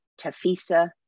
TAFISA